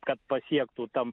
kad pasiektų tam